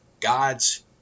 God's